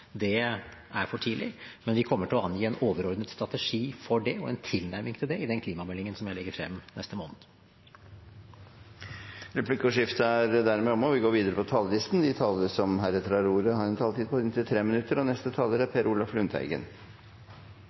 2030-målene, er for tidlig, men vi kommer til å angi en overordnet strategi og en tilnærming til det i den klimameldingen som jeg legger frem neste måned. Replikkordskiftet er dermed omme. De talere som heretter får ordet, har en taletid på inntil 3 minutter. Jeg vil ta opp Norges klimaforpliktelser og